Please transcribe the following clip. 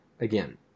again